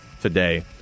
today